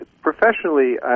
Professionally